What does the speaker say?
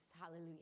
Hallelujah